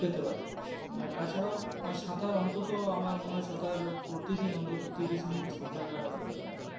পেতে পারি আর তাছাড়াও সাঁতার অন্তত আমার মনে হয় সাঁতার প্রতিদিন অন্তত তিরিশ মিনিট সাঁতার কাটা দরকার আছে